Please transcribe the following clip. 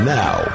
now